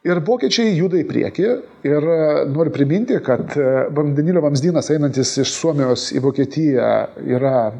ir vokiečiai juda į priekį ir noriu priminti kad vandenilio vamzdynas einantis iš suomijos į vokietiją yra